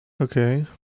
Okay